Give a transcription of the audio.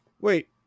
wait